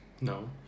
No